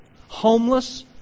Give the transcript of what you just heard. homeless